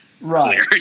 Right